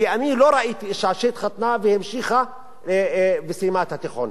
כי אני לא ראיתי אשה שהתחתנה והמשיכה וסיימה את התיכון.